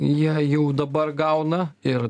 jie jau dabar gauna ir